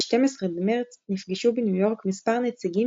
ב-12 במרץ נפגשו בניו יורק מספר נציגים